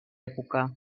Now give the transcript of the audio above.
època